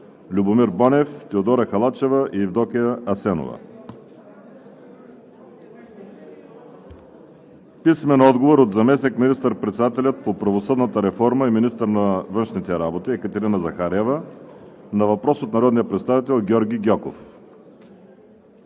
Любомир Бонев, Теодора Халачева и Евдокия Асенова; – заместник министър-председателя по правосъдната реформа и министър на външните работи Екатерина Захариева на въпрос от народния представител Георги Гьоков;